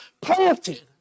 planted